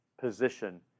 position